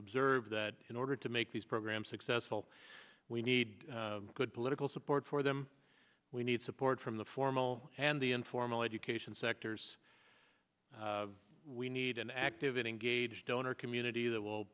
observed that in order to make these programs successful we need good political support for them we need support from the formal and the informal education sectors we need an active and engaged donor community that will